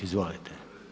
Izvolite.